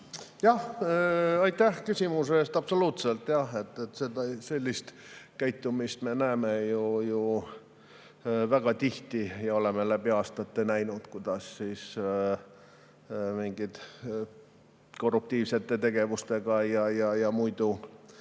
Aitäh küsimuse eest! Absoluutselt! Sellist käitumist me näeme väga tihti ja oleme aastaid näinud, kuidas mingid korruptiivsete tegevustega ja muidu